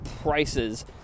prices